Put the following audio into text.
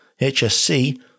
HSC